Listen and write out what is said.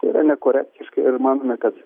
tai yra nekorektiška ir manome kad